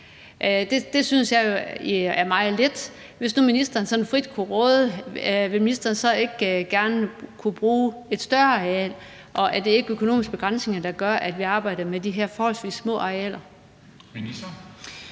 Det synes jeg er meget lidt. Hvis nu ministeren frit kunne råde, ville ministeren så ikke gerne kunne bruge et større areal, og er det ikke økonomiske begrænsninger, der gør, at vi arbejder med de her forholdsvis små arealer?